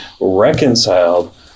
reconciled